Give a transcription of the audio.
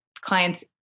clients